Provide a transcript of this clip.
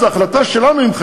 ההחלטות האלה הן פשוטות,